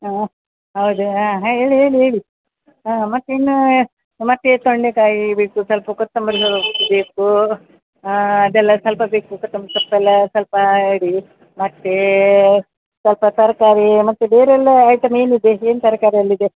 ಹಾಂ ಹೌದು ಹಾಂ ಹೇಳಿ ಹೇಳಿ ಹೇಳಿ ಹಾಂ ಮತ್ತಿನ್ನು ಮತ್ತು ತೊಂಡೆಕಾಯಿ ವಿದ್ ಸ್ವಲ್ಪ ಕೊತ್ತಂಬರಿ ಸಹ ಬೇಕು ಅದೆಲ್ಲ ಸ್ವಲ್ಪ ಬೇಕು ಕೊತಂಬ್ರಿ ಸೊಪ್ಪೆಲ್ಲಾ ಸ್ವಲ್ಪ ಇಡಿ ಮತ್ತು ಸ್ವಲ್ಪ ತರಕಾರಿ ಮತ್ತು ಬೇರೆಲ್ಲ ಐಟಮ್ ಏನಿದೆ ಏನು ತರಕಾರಿ ಅಲ್ಲಿದೆ